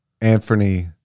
Anthony